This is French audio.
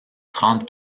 trente